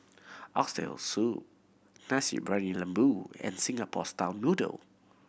Oxtail Soup Nasi Briyani Lembu and Singapore style noodle